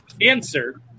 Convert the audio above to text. answer